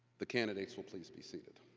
the candidates will please be seated.